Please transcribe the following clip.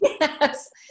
Yes